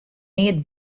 neat